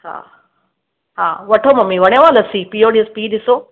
हा हा वठो मम्मी वणियव लसी पीओ ॾियोसि पीओ ॾिसो